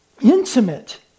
intimate